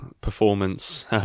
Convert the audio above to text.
performance